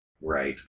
Right